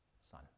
son